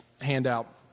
handout